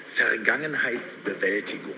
Vergangenheitsbewältigung